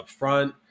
upfront